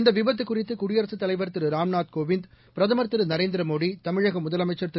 இந்தவிபத்துகுறித்துகுடியரசுத் தலைவர் திருராம்நாத் கோவிந்த் பிரதமர் திரு நரேந்திரமோடி தமிழகமுதலமைச்சர் திரு